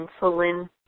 insulin